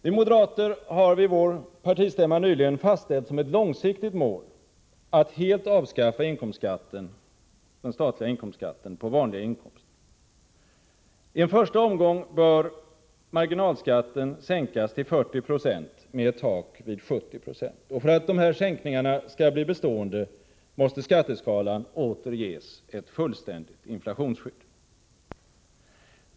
Vi moderater har vid vår partistämma nyligen fastställt som ett långsiktigt mål att helt avskaffa den statliga inkomstskatten på vanliga inkomster. I en första omgång bör marginalskatten sänkas till 40 96, med ett tak vid 70 90. För att de här sänkningarna skall bli bestående, måste skatteskalan åter ges ett fullständigt inflationsskydd.